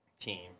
team